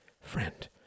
friend